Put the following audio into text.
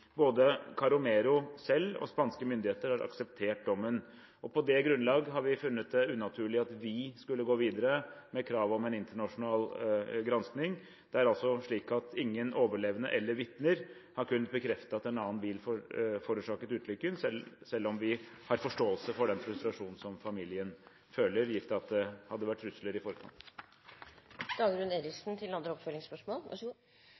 Både Carromero selv og spanske myndigheter har akseptert dommen. På det grunnlag har vi funnet det unaturlig at vi skulle gå videre med krav om en internasjonal gransking. Det er altså slik at ingen overlevende eller vitner har kunnet bekrefte at en annen bil forårsaket ulykken, selv om vi har forståelse for den frustrasjonen som familien føler, gitt at det hadde vært trusler i forkant.